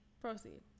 Proceed